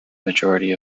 majority